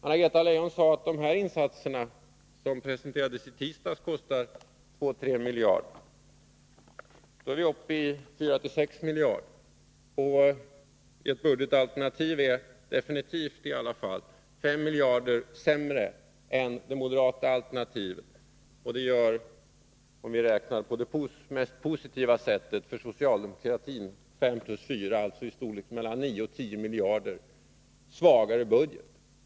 Anna-Greta Leijon sade att de förslag till insatser som presenterades i tisdags kostar 2-3 miljarder. Då är vi uppe i 4-6 miljarder. Ert budgetalternativ är definitivt 5 miljarder sämre än det moderata alternativet. Om vi räknar på det för socialdemokratin mest positiva sättet, kommer vi fram till att ert alternativ kostar 5 plus 4 miljarder. Det är alltså en i storleksordningen mellan 9 och 10 miljarder kronor svagare budget.